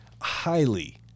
highly